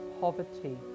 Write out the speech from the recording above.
poverty